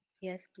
yes